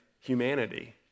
humanity